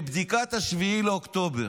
לבדיקת 7 באוקטובר.